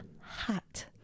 hot